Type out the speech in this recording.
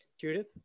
Judith